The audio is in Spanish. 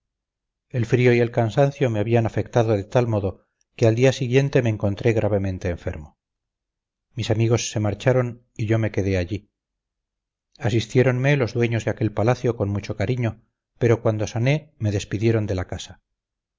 el frío y el cansancio me habían afectado de tal modo que al día siguiente me encontré gravemente enfermo mis amigos se marcharon y yo me quedé allí asistiéronme los dueños de aquel palacio con mucho cariño pero cuando sané me despidieron de la casa